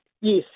Yes